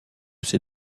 ses